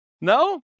no